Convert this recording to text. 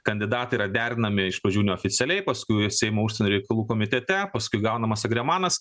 kandidatai yra derinami iš pradžių neoficialiai paskui seimo užsienio reikalų komitete paskui gaunamas agremanas